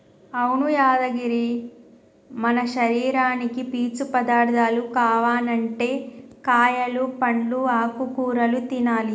అవును యాదగిరి మన శరీరానికి పీచు పదార్థాలు కావనంటే కాయలు పండ్లు ఆకుకూరలు తినాలి